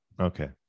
Okay